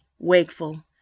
Wakeful